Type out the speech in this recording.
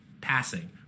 passing